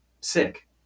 sick